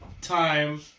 time